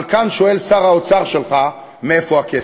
אבל כאן שואל שר האוצר שלך: מאיפה הכסף?